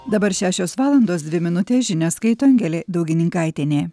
dabar šešios valandos dvi minutės žinias skaito angelė daugininkaitienė